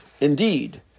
Indeed